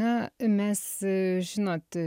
ne mesžinot